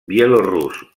bielorús